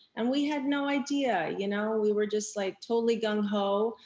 and we had no idea. you know we were just like totally gung ho.